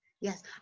Yes